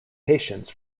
patients